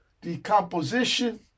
Decomposition